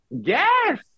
Yes